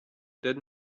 that